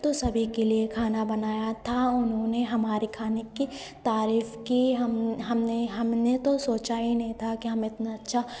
तो सभी के लिए खाना बनाया था उन्होंने हमारे खाने की तारीफ की हमने हमने हमने तो सोचा ही नहीं था कि हम इतना अच्छा